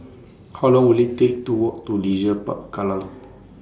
How Long Will IT Take to Walk to Leisure Park Kallang